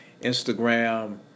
Instagram